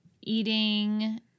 eating